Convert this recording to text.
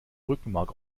rückenmark